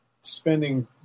spending